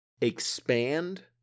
expand